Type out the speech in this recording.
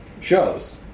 shows